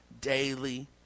daily